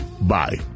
Bye